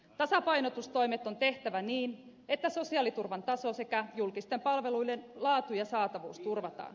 tasapainotustoimet on tehtävä niin että sosiaaliturvan taso sekä julkisten palvelujen laatu ja saatavuus turvataan